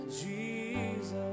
Jesus